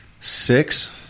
Six